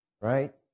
right